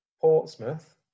Portsmouth